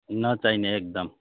नचाहिने एकदम